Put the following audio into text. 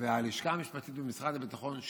והלשכה המשפטית במשרד הביטחון,